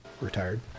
retired